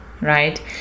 right